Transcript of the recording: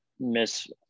miss